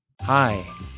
Hi